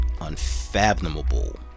unfathomable